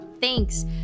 thanks